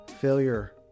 Failure